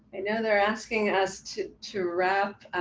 and know they're asking us to to wrap.